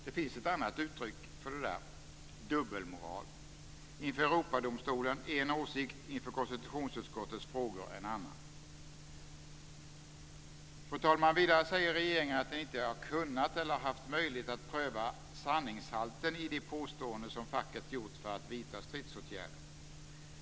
Det finns ett annat uttryck för det: dubbelmoral. Inför Europadomstolen ges en åsikt, inför konstitutionsutskottets frågor ges en annan. Fru talman! Vidare säger regeringen att man inte kunnat eller haft möjlighet till att pröva sanningshalten i de påståenden som facket gjort för att vidta stridsåtgärder.